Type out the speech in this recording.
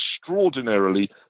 extraordinarily